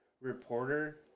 reporter